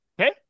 Okay